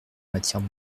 matière